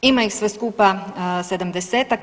Ima ih sve skupa sedamdesetak.